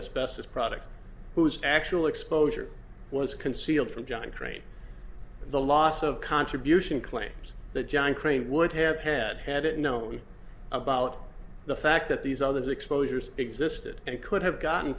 as best as products whose actual exposure was concealed from john crane the loss of contribution claims the john crane would have bad had it known about the fact that these other exposures existed and could have gotten